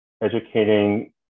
educating